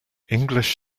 english